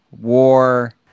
war